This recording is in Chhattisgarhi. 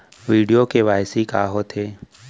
वीडियो के.वाई.सी का होथे